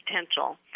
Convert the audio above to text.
potential